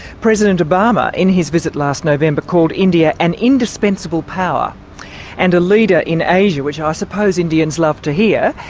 president obama, in his visit last november, called india an indispensible power and a leader in asia which i suppose indians love to hear.